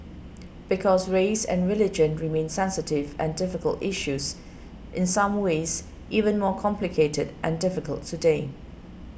because race and religion remain sensitive and difficult issues in some ways even more complicated and difficult today